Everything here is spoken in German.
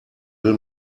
will